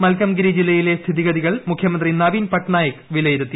മൽക്കംഗിരി ജില്ലയില്ലി സ്ഥിതിഗതികൾ മുഖ്യമന്ത്രി നവീൻ പട്നായിക് വിലയിരുത്തി